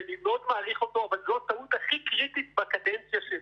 שאני מאוד מעריך אותו אבל זאת הטעות הכי קריטית בקדנציה שלו,